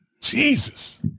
Jesus